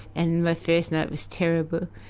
and my first night was terrible.